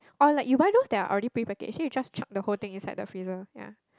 or like you buy those that are already prepackaged then you just chuck the whole thing inside the freezer ya